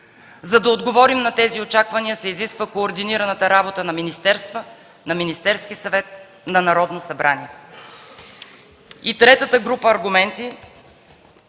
За да отговорим на тези очаквания, се изисква координираната работа на министерства, на Министерския съвет, на Народното събрание. Третата група аргументи.